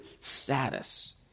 status